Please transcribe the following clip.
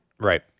Right